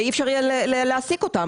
ואי אפשר יהיה להעסיק אותם.